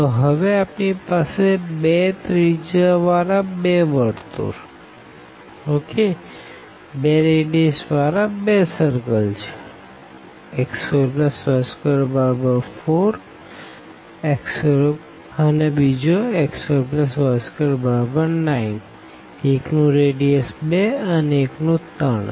તો હવે આપણી પાસે બે રેડીઅસ વારા બે સર્કલ છે x2y24 x2y29 એક ની રેડીઅસ 2 અને એક ની 3 છે